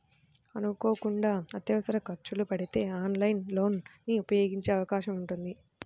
అనుకోకుండా అత్యవసర ఖర్చులు పడితే ఆన్లైన్ లోన్ ని ఉపయోగించే అవకాశం ఉంటుంది